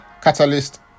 catalyst